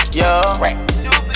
yo